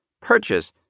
purchase